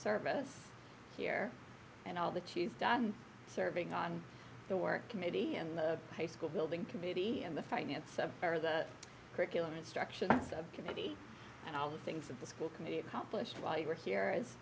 service here and all that she's done serving on the work committee and the high school building committee and the fighting itself or the curriculum instruction that's a committee and all the things that the school committee accomplished while you were here as